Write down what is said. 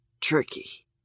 tricky